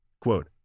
quote